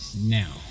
Now